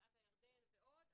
בקעת הירדן ועוד,